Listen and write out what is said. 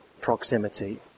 proximity